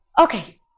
Okay